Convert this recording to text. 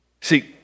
See